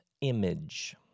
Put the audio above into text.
image